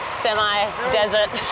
semi-desert